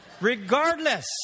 regardless